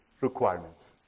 requirements